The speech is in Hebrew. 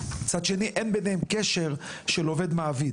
ומצד שני אין ביניהם קשר של עובד-מעביד?